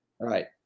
Right